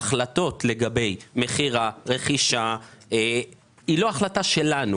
ההחלטות לגבי מכירה ורכישה הן לא החלטות שלנו,